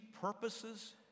purposes